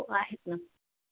हो आहेत ना